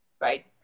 Right